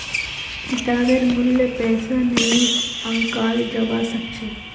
किताबेर मूल्य पैसा नइ आंकाल जबा स ख छ